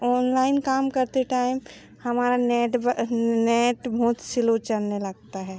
online काम करते time हमारा नेट नेट बहुत स्लो चलने लगता है